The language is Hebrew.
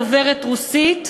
על שיתוף הפעולה הפורה,